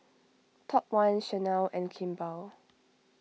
Top one Chanel and Kimball